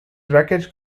wreckage